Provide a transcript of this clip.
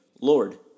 lord